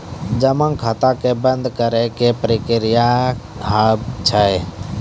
जमा खाता के बंद करे के की प्रक्रिया हाव हाय?